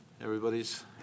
everybody's